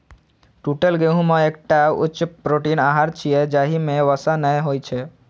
टूटल गहूम एकटा उच्च प्रोटीन आहार छियै, जाहि मे वसा नै होइ छै